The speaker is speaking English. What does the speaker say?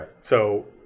So-